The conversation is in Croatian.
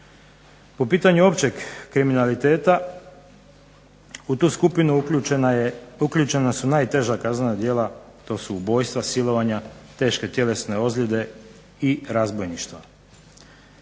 Po pitanju općeg kriminaliteta u tu skupinu uključena su najteža kaznena djela, to su ubojstva, silovanja, teške tjelesne ozljede, i razbojništva,